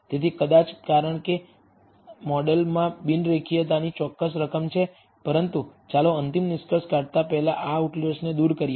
તેથી કદાચ કારણ કે મોડેલમાં બિન રેખીયતાની ચોક્કસ રકમ છે પરંતુ ચાલો અંતિમ નિષ્કર્ષ કાઢતા પહેલા આ આઉટલિઅર્સને દૂર કરીએ